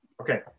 okay